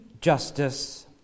justice